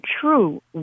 true